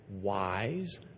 wise